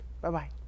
Bye-bye